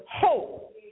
hope